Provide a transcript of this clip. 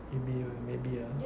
maybe ah maybe ah